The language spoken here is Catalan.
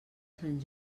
sant